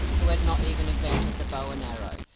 who had not even invented the bow and arrow,